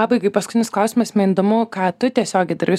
pabaigai paskutinis klausimas man įdomu ką tu tiesiogiai darai su